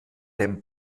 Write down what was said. dem